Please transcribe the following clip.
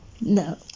no